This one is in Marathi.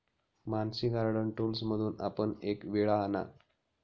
मानसी गार्डन टूल्समधून आपण एक विळा आणा